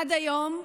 עד היום,